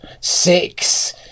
six